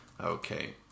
Okay